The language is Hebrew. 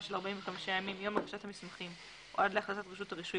של 45 ימים מיום הגשת המסמכים או עד להחלטת רשות הרישוי,